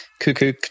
Cuckoo